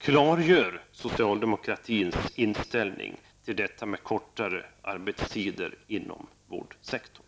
Klargör socialdemokratins inställning till kortare arbetstider inom vårdsektorn!